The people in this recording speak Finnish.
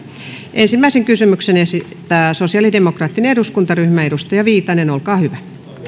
ensimmäisen kysymyksen esittää sosiaalidemokraattinen eduskuntaryhmä edustaja viitanen olkaa hyvä